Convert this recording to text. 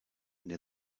near